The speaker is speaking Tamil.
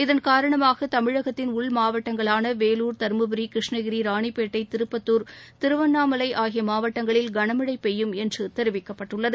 இதன் னரணமாக தமிழகத்தின் உள் மாவட்டங்களான வேலூர் தருமபுரி கிருஷ்ணகிரி ராணிப்பேட்டை திருப்பத்துர் திருவண்ணாமலை மாவட்டங்களில் கனமழை பெய்யும் என்று தெரிவிக்கப்பட்டுள்ளது